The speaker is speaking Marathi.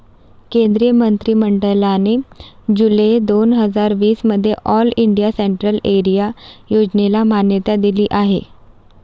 केंद्रीय मंत्रि मंडळाने जुलै दोन हजार वीस मध्ये ऑल इंडिया सेंट्रल एरिया योजनेला मान्यता दिली आहे